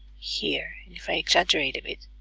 here, if i exaggerate a bit